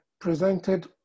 presented